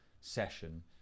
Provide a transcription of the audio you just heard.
session